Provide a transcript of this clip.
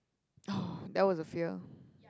orh that was a fear